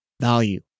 value